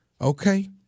okay